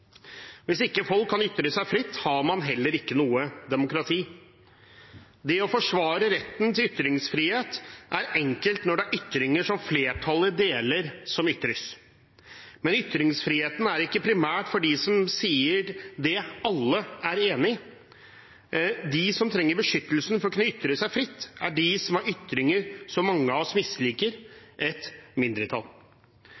Hvis ikke folk kan ytre seg fritt, har man heller ikke noe demokrati. Det å forsvare retten til ytringsfrihet er enkelt når det er ytringer som flertallet deler, som ytres. Men ytringsfriheten er ikke primært for dem som sier det alle er enig i. De som trenger beskyttelsen for å kunne ytre seg fritt, er de som har ytringer som mange av oss misliker: